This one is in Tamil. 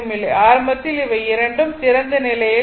ஆரம்பத்தில் இவை இரண்டும் திறந்த நிலையில் இது இருக்கும்